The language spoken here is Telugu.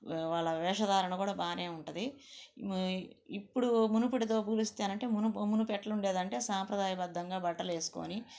వాళ్ళ వేషధారణ కూడ బాగానే ఉంటుంది ఇప్పుడు మునుపటితో పోలిస్తేనంటే మునుపు ఎట్లా ఉండేది అంటే సాంప్రదాయబద్ధంగా బట్టలు వేసుకుని